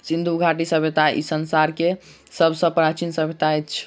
सिंधु घाटी सभय्ता ई संसार के सब सॅ प्राचीन सभय्ता अछि